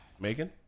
Megan